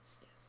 Yes